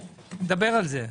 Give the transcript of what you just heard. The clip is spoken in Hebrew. נדבר על זה.